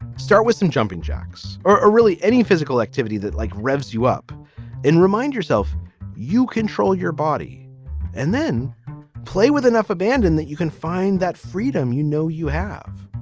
start with some jumping jacks or really any physical activity that like revs you up in remind yourself you control your body and then play with enough abandon that you can find that freedom you know you have